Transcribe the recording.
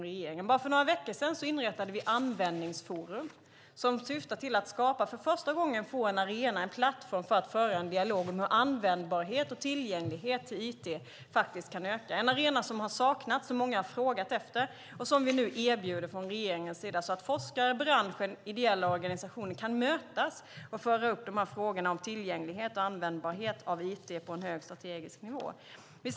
För bara några veckor sedan inrättade vi Användningsforum som syftar till att för första gången få en arena, en plattform, för en dialog om hur användbarhet och tillgänglighet beträffande it kan öka - en arena som saknats och som många frågat efter och en arena som regeringen nu erbjuder så att forskare, branschen och ideella organisationer kan mötas och föra fram frågorna om användbarhet och tillgänglighet beträffande it på en strategiskt hög nivå.